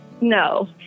No